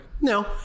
no